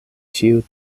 ĉiu